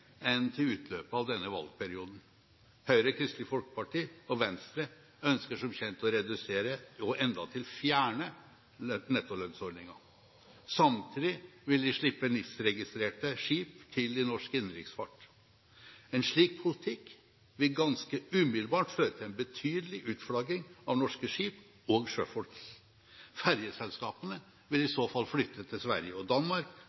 enn til utløpet av denne valgperioden. Høyre, Kristelig Folkeparti og Venstre ønsker, som kjent, å redusere – og endatil fjerne – nettolønnsordningen. Samtidig vil de slippe NIS-registrerte skip til i norsk innenriksfart. En slik politikk vil ganske umiddelbart føre til en betydelig utflagging av norske skip og sjøfolk. Ferjeselskapene vil i så fall flytte til Sverige og Danmark,